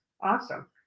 Awesome